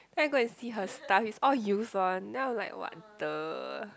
and then I go see her stuff is all used one then I'm like what the